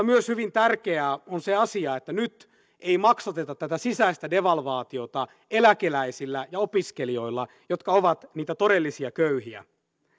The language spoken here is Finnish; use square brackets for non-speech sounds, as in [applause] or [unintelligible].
[unintelligible] myös hyvin tärkeä on se asia että nyt ei maksateta tätä sisäistä devalvaatiota eläkeläisillä ja opiskelijoilla jotka ovat niitä todellisia köyhiä